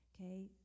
okay